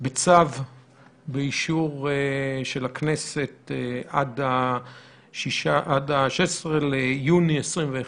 בצו באישור של הכנסת עד ה-16 ביוני 2021,